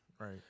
Right